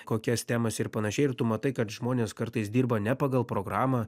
kokias temas ir panašiai ir tu matai kad žmonės kartais dirba ne pagal programą